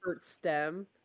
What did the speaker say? stem